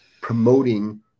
promoting